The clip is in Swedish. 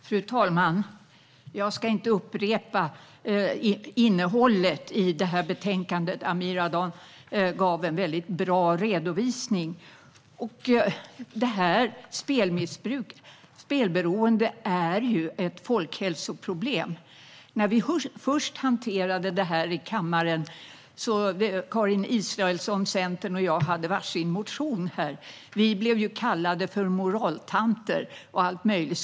Fru talman! Jag ska inte upprepa innehållet i betänkandet. Amir Adan gjorde en bra redovisning. Spelberoende är ett folkhälsoproblem. När vi hanterade det här i kammaren första gången hade Karin Israelsson från Centern och jag lagt fram var sin motion. Vi blev kallade för moraltanter och allt möjligt.